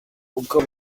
uko